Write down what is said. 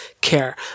care